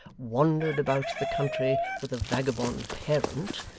wandered about the country with a vagabond parent,